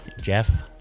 Jeff